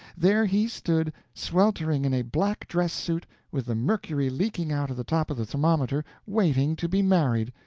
there he stood, sweltering in a black dress-suit, with the mercury leaking out of the top of the thermometer, waiting to be married.